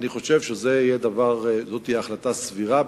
אני חושב שזאת תהיה החלטה סבירה,